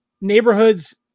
neighborhood's